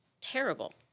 terrible